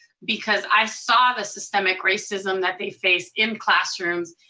because i saw the systemic racism that they face in classrooms,